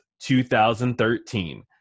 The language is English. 2013